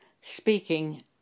speaking